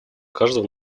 каждого